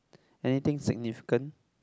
anything significant